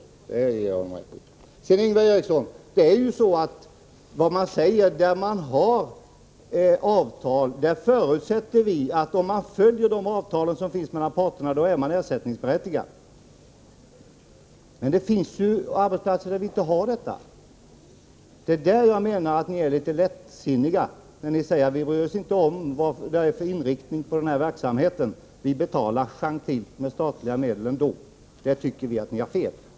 Vi förutsätter, Ingvar Eriksson, att man är ersättningsberättigad om man följer de avtal som finns. Men det finns arbetsplatser som inte har avtal. Det är där jag menar att ni är litet lättsinniga. Ni säger: Vi bryr oss inte om vad det är för inriktning på verksamheten. Vi betalar gentilt med statliga medel. — Där tycker vi att ni har fel.